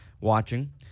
watching